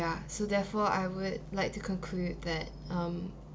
ya so therefore I would like to conclude that um